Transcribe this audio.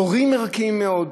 הורים ערכיים מאוד.